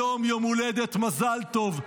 היום יום הולדת, מזל טוב.